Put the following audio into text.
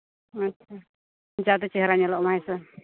ᱟᱪᱪᱷᱟ ᱡᱟᱛᱮ ᱪᱮᱦᱨᱟ ᱧᱮᱞᱚᱜ ᱢᱟ ᱦᱮᱸᱥᱮ